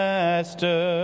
Master